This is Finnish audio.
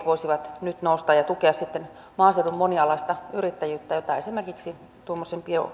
voisivat nyt nousta ja tukea sitten maaseudun monialaista yrittäjyyttä jota esimerkiksi tuommoisen